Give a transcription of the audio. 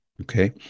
Okay